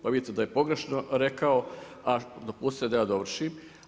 Pa vidite da je pogrešno rekao, a dopustite da ja dovršim.